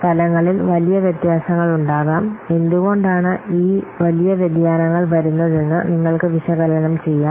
ഫലങ്ങളിൽ വലിയ വ്യത്യാസങ്ങളുണ്ടാകാം എന്തുകൊണ്ടാണ് ഈ വലിയ വ്യതിയാനങ്ങൾ വരുന്നതെന്ന് നിങ്ങൾക്ക് വിശകലനം ചെയ്യാം